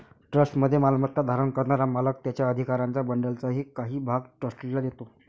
ट्रस्टमध्ये मालमत्ता धारण करणारा मालक त्याच्या अधिकारांच्या बंडलचा काही भाग ट्रस्टीला देतो